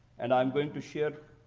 and i'm going to share